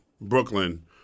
Brooklyn